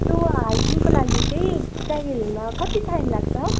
त्यो हाइकिङको लागि चाहिँ टाइगर हिलमा कति टाइम लाग्छ